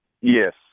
Yes